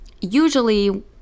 usually